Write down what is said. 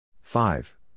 Five